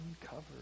uncovered